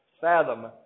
Fathom